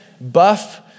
buff